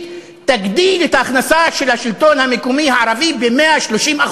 תגדיל את ההכנסה של השלטון המקומי הערבי ב-130%,